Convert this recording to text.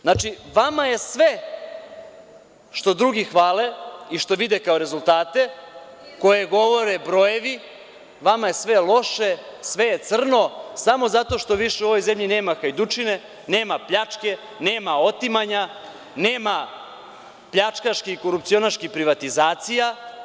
Znači, vama je sve što drugi hvale i što vide kao rezultate, koje govore brojevi, loše, sve je crno, a zato što u ovoj zemlji nema hajdučije, nema pljačke, nema otimanja, nema pljačkaških korupcionaških privatizacija.